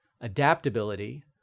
adaptability